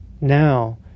now